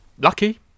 Lucky